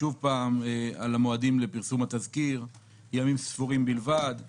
על המועדים לפרסום התזכיר שמונח ימים ספורים בלבד,